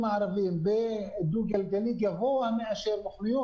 הוספנו על זה דברים משלנו,